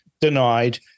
denied